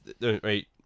right